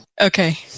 Okay